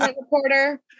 reporter